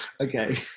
Okay